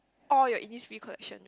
all your Innisfree collection right